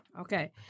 okay